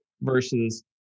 versus